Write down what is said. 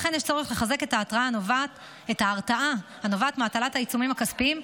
לכן יש צורך לרתק את ההרתעה הנובעת מהטלת העיצומים הכספיים,